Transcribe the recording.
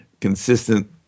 consistent